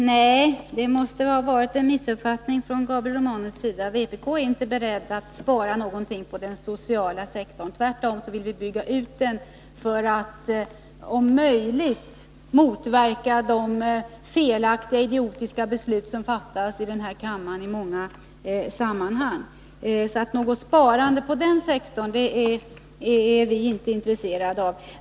Herr talman! Nej, det måste ha varit en missuppfattning från Gabriel Romanus sida. Vpk är inte berett att spara någonting på den sociala sektorn. Tvärtom vill vi bygga ut den för att om möjligt motverka de felaktiga och idiotiska beslut som fattas här i kammaren i många sammanhang. Något sparande på den sektorn är vi inte intresserade av.